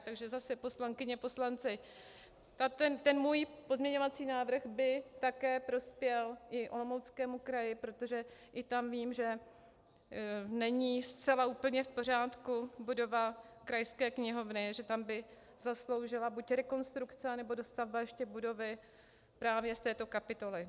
Takže zase, poslankyně, poslanci, ten můj pozměňovací návrh by také prospěl i Olomouckému kraji, protože i tam vím, že není zcela úplně v pořádku budova krajské knihovny, že ta by zasloužila buď rekonstrukci, anebo dostavbu budovy právě z této kapitoly.